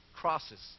crosses